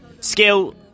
skill